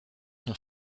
son